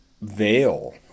veil